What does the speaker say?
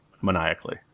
Maniacally